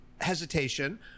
hesitation